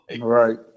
right